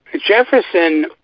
Jefferson